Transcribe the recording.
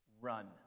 Run